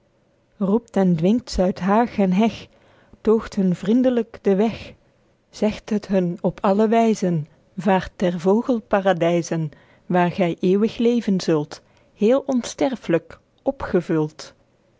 roept en dwingt ze uit haeg en heg toogt hun vriendelyk den weg zegt het hun op alle wyzen vaert ter vogelparadyzen waer gy eeuwig leven zult heel onsterflyk opgevuld